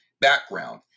Background